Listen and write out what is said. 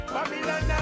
Babylon